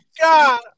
god